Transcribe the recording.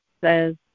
says